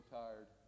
tired